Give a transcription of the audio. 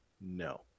no